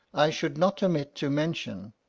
i should not omit to mention,